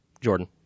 Jordan